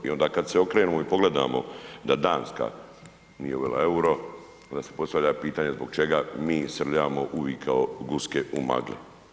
I onda kad se okrenemo i pogledamo da Danska nije uvela EUR-o, onda se postavlja pitanje zbog čega mi srljamo uvik kao guske u magli.